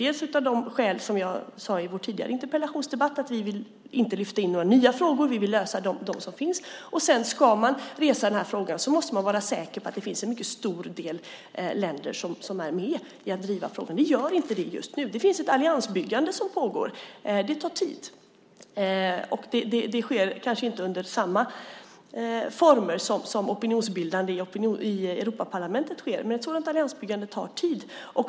Det är av det skäl som jag nämnde i vår tidigare interpellationsdebatt. Vi vill inte lyfta in några nya frågor. Vi vill lösa dem som finns. Ska man resa frågan måste man vara säker på att det finns en mycket stor del länder som är med i att driva frågan. Vi gör inte det just nu. Det finns ett alliansbyggande som pågår, och det tar tid. Det sker kanske inte under samma former som opinionsbildande i Europaparlamentet. Sådant alliansbyggande tar tid.